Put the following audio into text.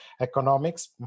Economics